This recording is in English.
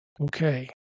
okay